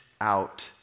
out